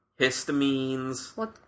histamines